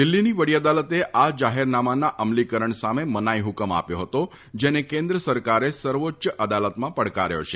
દિલ્હીની વડી અદાલતે આ જાહેરનામાના અમલીકરણ સામે મનાઇહુકમ આપ્યો હતો જેને કેન્દ્ર સરકારે સર્વોચ્ચ અદાલતમાં પડકાર્યો છે